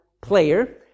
player